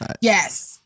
yes